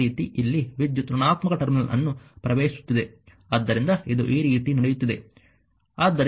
ಅದೇ ರೀತಿ ಇಲ್ಲಿ ವಿದ್ಯುತ್ ಋಣಾತ್ಮಕ ಟರ್ಮಿನಲ್ ಅನ್ನು ಪ್ರವೇಶಿಸುತ್ತಿದೆ ಆದ್ದರಿಂದ ಇದು ಈ ರೀತಿ ನಡೆಯುತ್ತಿದೆ